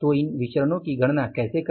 तो इन विचरणों की गणना कैसे करें